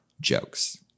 jokes